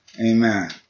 Amen